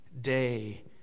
day